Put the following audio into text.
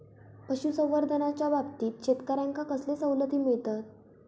पशुसंवर्धनाच्याबाबतीत शेतकऱ्यांका कसले सवलती मिळतत?